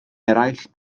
eraill